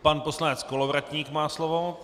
Pan poslanec Kolovratník má slovo.